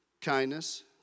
kindness